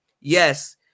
yes